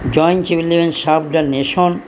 join civil defence serve the nation